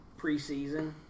preseason